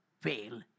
fail